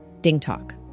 DingTalk